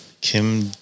Kim